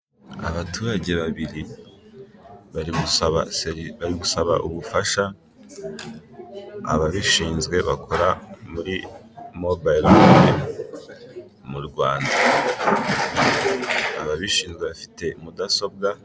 Aaturage babiri bari gusaba ubufasha ababishinzwe bakora muri mobayiro mane mu Rwanda ababishinzwe bafite mudasobwa.